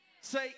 Say